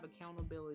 accountability